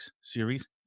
Series